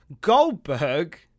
Goldberg